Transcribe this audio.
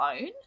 own